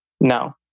Now